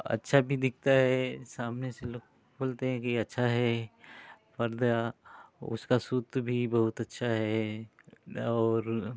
अच्छा भी दिख रहा है सामने से लोग बोलते हैं कि अच्छा है पर्दा उसका सूत भी बहुत अच्छा है और